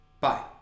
Bye